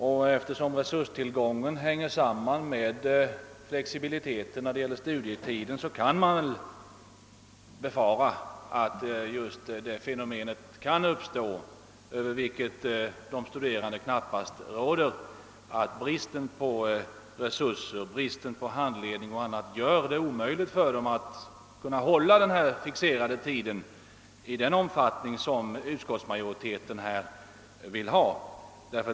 Och eftersom resurstillgången sammanhänger med flexibiliteten i studietiden kan man befara att det fenomenet uppstår — och det råder knappast de studerande över — att bristen på resurser, t.ex. handledning och annat, gör det omöjligt för dem att hålla den fixerade tid som utskottsmajoriteten har stannat för.